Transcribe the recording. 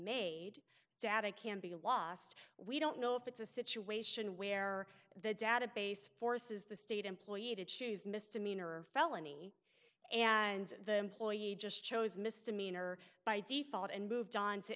made data can be lost we don't know if it's a situation where the database forces the state employee to choose misdemeanor or felony and the ploy you just chose misdemeanor by default and moved on to